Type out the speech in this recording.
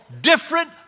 different